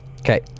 Okay